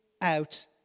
out